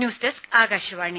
news desk Akashvani